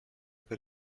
per